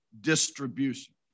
distribution